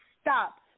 stop